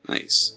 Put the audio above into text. Nice